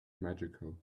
magical